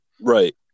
Right